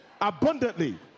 abundantly